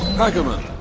hackerman,